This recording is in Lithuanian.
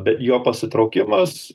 bet jo pasitraukimas